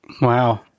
Wow